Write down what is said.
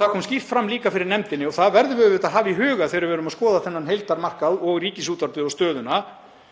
Það kom skýrt fram líka fyrir nefndinni, og það verðum við auðvitað að hafa í huga þegar við erum að skoða þennan heildarmarkað og Ríkisútvarpið og stöðuna,